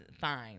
fine